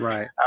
Right